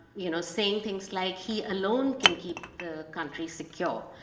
you know, saying things like he alone can keep the country secure.